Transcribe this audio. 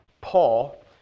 Paul